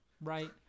right